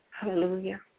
Hallelujah